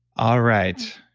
all right,